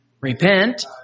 Repent